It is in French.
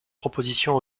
propositions